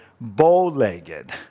bow-legged